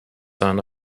son